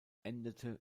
endete